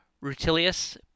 Rutilius